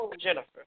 Jennifer